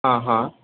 हां हां